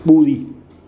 ॿुड़ी